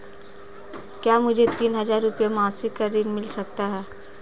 क्या मुझे तीन हज़ार रूपये मासिक का ऋण मिल सकता है?